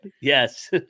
yes